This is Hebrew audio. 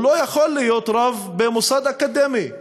לא יכול להיות רב במוסד אקדמי,